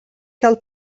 cal